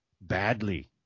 badly